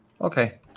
Okay